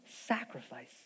sacrifice